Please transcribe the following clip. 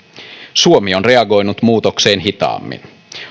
suomi on reagoinut muutokseen hitaammin